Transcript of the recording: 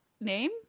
name